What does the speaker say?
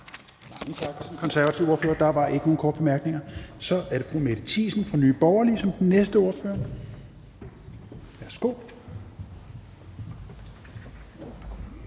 tak til den konservative ordfører. Der er ikke nogen korte bemærkninger. Så er det fru Mette Thiesen fra Nye Borgerlige som den næste ordfører. Værsgo.